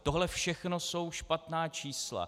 Tohle všechno jsou špatná čísla.